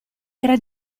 era